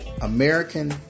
American